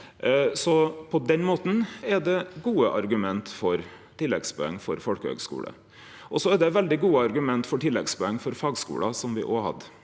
På den måten er det gode argument for tilleggspoeng for folkehøgskular. Så er det veldig gode argument for tilleggspoeng for fagskular, som me òg hadde,